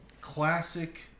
Classic